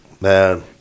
man